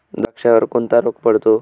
द्राक्षावर कोणता रोग पडतो?